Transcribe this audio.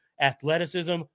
athleticism